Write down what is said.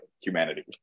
humanity